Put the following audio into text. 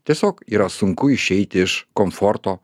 tiesiog yra sunku išeiti iš komforto